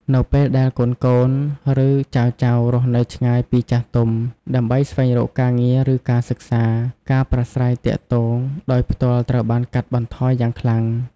នៅពេលដែលកូនៗ ឬចៅៗរស់នៅឆ្ងាយពីចាស់ទុំ ដើម្បីស្វែងរកការងារឬការសិក្សា ការប្រាស្រ័យទាក់ទងដោយផ្ទាល់ត្រូវបានកាត់បន្ថយយ៉ាងខ្លាំង។